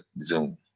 Zoom